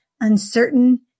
uncertain